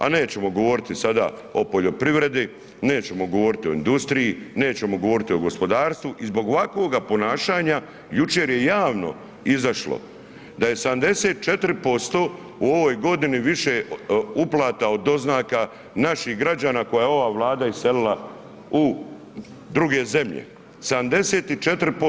A nećemo govoriti sada o poljoprivredi, nećemo govoriti o industriji, nećemo govoriti o gospodarstvu i zbog ovakvog ponašanja jučer je javno izašlo da je 74% u ovoj godini više uplata od doznaka naših građana koje je ova Vlada iselila u druge zemlje, 74%